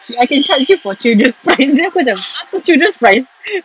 eh I can charge you for children's price then aku macam ah children's price